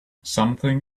something